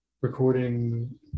recording